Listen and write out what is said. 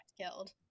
killed